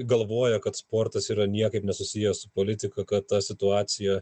galvoja kad sportas yra niekaip nesusijęs su politika kad ta situacija